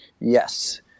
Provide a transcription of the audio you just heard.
Yes